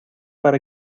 para